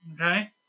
Okay